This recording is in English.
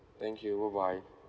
thank you bye bye